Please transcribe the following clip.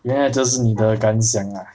原来这是你的感想 lah